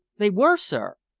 they were, sir.